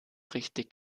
richtig